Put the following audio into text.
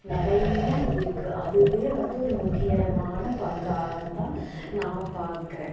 நிறையா இருக்குது அதுவே வந்து ஒரு முக்கியமான பங்காகத்தான் நான் பார்க்குறேன்